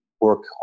work